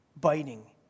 biting